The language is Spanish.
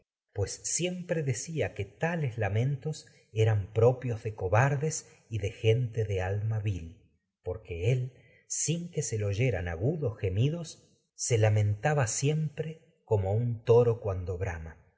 yo siempre decía que tales lamexxtos eran propios de cobardes y de gente de alma vil porque él sin que se le oyeran agudos gemidos se lamentaba siempx e como un áyax toro cuando brama